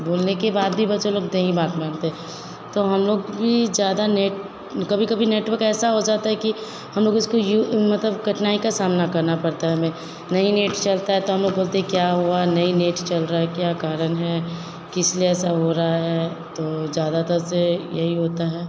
बोलने के बाद भी बच्चा लोग नहीं बात मानते तो हम लोग भी ज़्यादा नेट कभी कभी नेटवर्क ऐसा हो जाता है कि हम लोग उसको यूं मतलब कठिनाई का सामना करना पड़ता है हमें नहीं नेट चलता है तो हम लोग बोलते हैं क्या हुआ नहीं नेट चल रहा है क्या कारण है किस लिए ऐसा हो रहा है तो ज़्यादातर से यही होता है